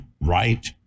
right